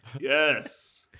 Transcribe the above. Yes